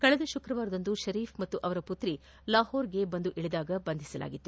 ಕಳೆದ ಶುಕ್ರವಾರ ಶರೀಫ್ ಮತ್ತು ಅವರ ಪುತ್ರಿ ಲಾಹೋರ್ಗೆ ಆಗಮಿಸಿದಾಗ ಬಂಧಿಸಲಾಗಿತ್ತು